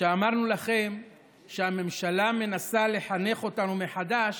כשאמרנו לכם שהממשלה מנסה לחנך אותנו מחדש,